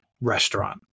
restaurant